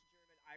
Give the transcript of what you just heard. German